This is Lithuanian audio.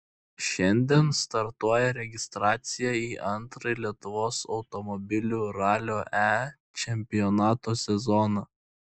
šiandien startuoja registracija į antrąjį lietuvos automobilių ralio e čempionato sezoną